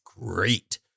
great